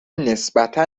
نسبتا